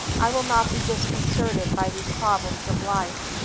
i will not be disconcerted by these problems of life,